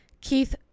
Keith